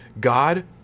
God